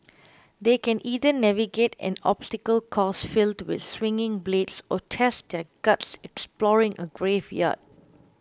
they can either navigate an obstacle course filled with swinging blades or test their guts exploring a graveyard